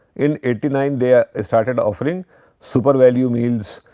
in eighty-nine, they ah ah started offering super value meals.